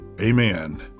amen